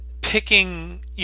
picking –